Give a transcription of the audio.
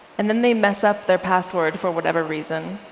and then they mess up their password for whatever reason.